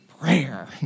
prayer